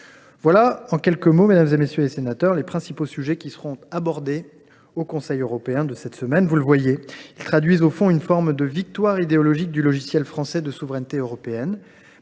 sont, en quelques mots, les principaux sujets qui seront abordés au Conseil européen de cette semaine. Vous le constatez, ils traduisent au fond une forme de victoire idéologique du logiciel français de souveraineté européenne.